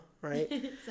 right